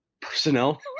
personnel